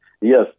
Yes